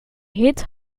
hit